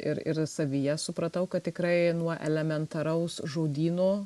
ir ir savyje supratau kad tikrai nuo elementaraus žodyno